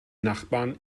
nachbarn